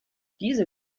diese